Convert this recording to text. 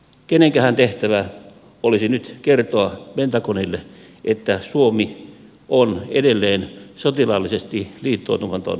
kenenkähän tehtävä olisi nyt kertoa pentagonille että suomi on edelleen sotilaallisesti liittoutumaton maa